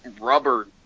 rubber